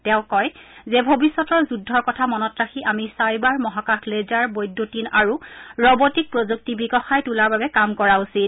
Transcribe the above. তেওঁ কয় যে ভৱিষ্যতৰ যুদ্ধৰ কথা মনত ৰাখি আমি চাইবাৰ মহাকাশ লেজাৰ বৈদ্যতিন আৰু ৰবটিক প্ৰযুক্তি বিকশাই তোলাৰ বাবে কাম কৰা উচিত